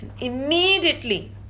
immediately